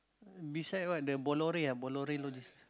beside what the Bollore ah Bollore logistics